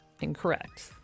incorrect